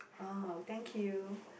!ah! thank you